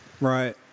Right